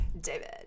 David